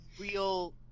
real